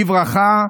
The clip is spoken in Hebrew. בברכה,